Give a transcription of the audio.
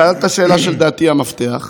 שאלת שאלה שלדעתי היא המפתח,